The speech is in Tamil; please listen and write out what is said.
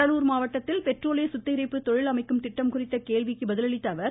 கடலூர் மாவட்டத்தில் பெட்ரோலிய சுத்திகரிப்பு தொழில் அமைக்கும் திட்டம் குறித்த கேள்விக்கு பதிலளித்த அவர்